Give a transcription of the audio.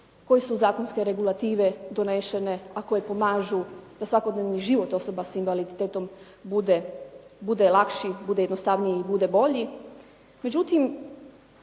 koje su zakonske regulative donesene a koje pomažu da svakodnevni život osoba s invaliditetom bude lakši, bude jednostavniji i bude bolji.